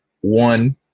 One